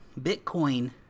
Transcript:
Bitcoin